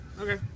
Okay